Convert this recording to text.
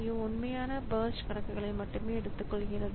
CPU உண்மையான burst கணக்குகளை மட்டுமே எடுத்துக் கொள்கிறது